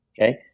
okay